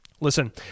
Listen